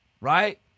right